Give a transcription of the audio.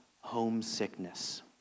homesickness